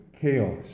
chaos